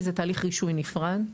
כי זה תהליך רישוי נפרד.